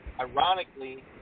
ironically